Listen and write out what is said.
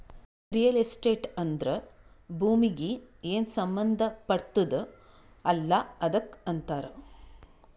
real estate ಅಂದ್ರ ಭೂಮೀಗಿ ಏನ್ ಸಂಬಂಧ ಪಡ್ತುದ್ ಅಲ್ಲಾ ಅದಕ್ ಅಂತಾರ್